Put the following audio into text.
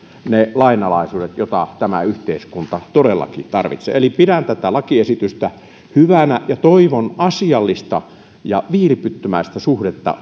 lainalaisuudet joita tämä yhteiskunta todellakin tarvitsee eli pidän tätä lakiesitystä hyvänä ja toivon asiallista ja viilipyttymäistä suhdetta